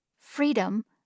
Freedom